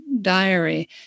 diary